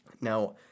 Now